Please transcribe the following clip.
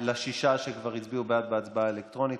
לשישה שכבר הצביעו בעד בהצבעה אלקטרונית,